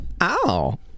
Ow